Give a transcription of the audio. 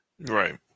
right